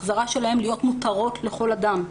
החזרה שלהן להיות מותרות לכל אדם.